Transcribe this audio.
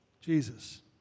Jesus